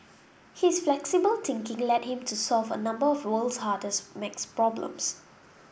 his flexible thinking led him to solve a number of the world's hardest maths problems